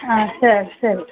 ಹಾಂ ಸರಿ ಸರಿ